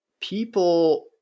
people